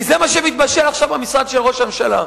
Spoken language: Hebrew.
כי זה מה שמתבשל עכשיו במשרד של ראש הממשלה.